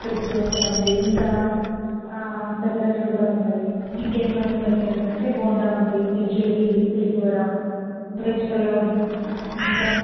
egg dosa ఉంది ఇంకా పెసరట్లు కూడా ఉన్నాయి ఇంకా ఏమి ఉన్నది మన దగ్గర అని అంటే బోండా ఉంది ఇడ్లీ ఉంది పులిహోర వెజ్ పులావ్ ఉం ఇంకా